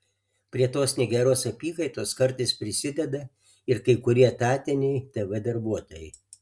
prie tos negeros apykaitos kartais prisideda ir kai kurie etatiniai tv darbuotojai